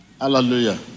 Hallelujah